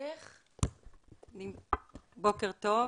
בוקר טוב.